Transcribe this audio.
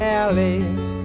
alleys